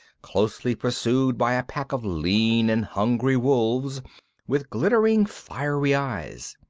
closely pursued by a pack of lean and hungry wolves with glittering fiery eyes.